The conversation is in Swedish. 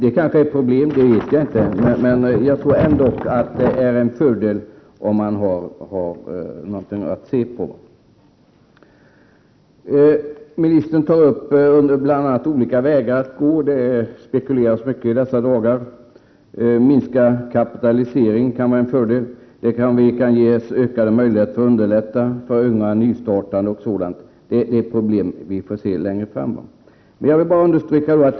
Det kanske är ett problem — det vet jag inte. Men jag tror ändå att det är en fördel att ha något att se på. Ministern tar bl.a. upp olika vägar som man kan gå. Det spekuleras mycket i dessa dagar. En minskad kapitalisering kan vara en fördel. Det kan ges ökade möjligheter att underlätta för unga nystartande osv. Men det är problem som vi får se på litet längre fram.